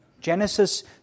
Genesis